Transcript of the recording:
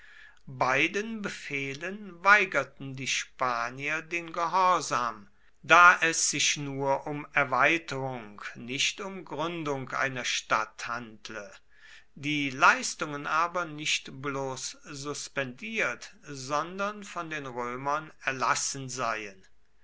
beiden befehlen weigerten die spanier den gehorsam da es sich nur um erweiterung nicht um gründung einer stadt handle die leistungen aber nicht bloß suspendiert sondern von den römern erlassen seien